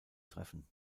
treffen